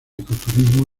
ecoturismo